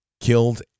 killed